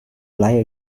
lie